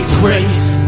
grace